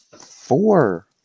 four